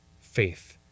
faith